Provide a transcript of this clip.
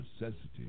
necessity